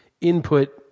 input